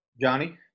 Johnny